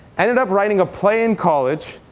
ended up writing a play in college